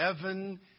heaven